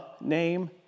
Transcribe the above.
name